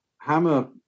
Hammer